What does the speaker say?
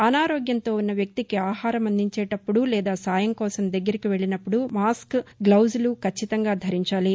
అనారోగ్యంతో ఉన్న వ్యక్తికి ఆహారం అందించేటప్పుడు లేదా సాయం కోసం దగ్గరకు వెళ్లినప్పుడు మాస్క్ గ్లోజులు కచ్చితంగా ధరించాలి